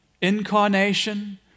incarnation